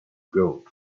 gold